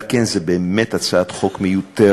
על כן, זו באמת הצעת חוק מיותרת.